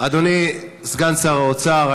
אדוני סגן שר האוצר,